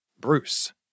Bruce